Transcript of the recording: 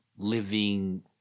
living